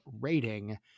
rating